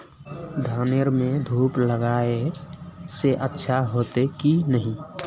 धानेर में धूप लगाए से अच्छा होते की नहीं?